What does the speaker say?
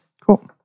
Cool